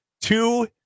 Two